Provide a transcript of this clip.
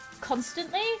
constantly